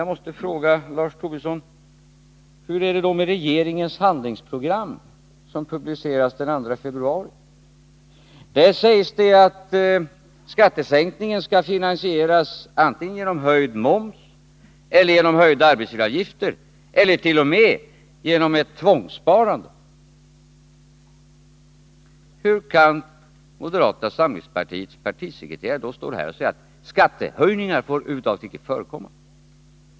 Jag måste fråga Lars Tobisson: Hur är det då med regeringens handlingsprogram, som presenterades den 2 februari? Där sägs det ju att skattesänkningen skall finansieras genom höjd moms eller höjda arbetsgivaravgifter eller t.o.m. genom ett tvångssparande. Hur kan moderata samlingspartiets partisekreterare då stå här och säga att skattehöjningar över huvud taget inte får förekomma?